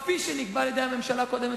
כפי שנקבע על-ידי הממשלה הקודמת,